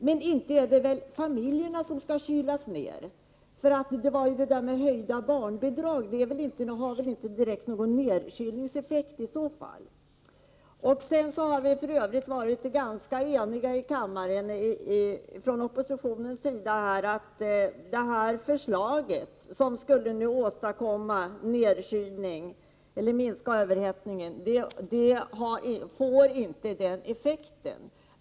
Men det är väl inte föräldrarna som skall kylas ner. Höjt barnbidrag har väl inte någon nedkylningseffekt. För övrigt har vi varit ganska eniga i kammaren från oppositionens sida om att det här förslaget, som skulle åstadkomma en nedkylning eller minska överhettningen, inte får den effekten.